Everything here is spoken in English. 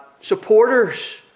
supporters